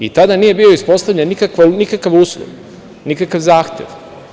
I, tada nije bio uspostavljen nikakav uslov, nikakav zahtev.